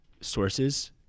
sources